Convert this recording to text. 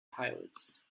pilots